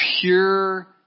pure